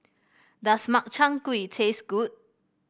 does Makchang Gui taste good